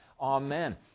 Amen